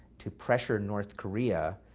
to pressure north korea